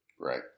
right